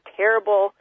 terrible